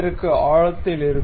க்கு ஆழத்தில் இருக்கும்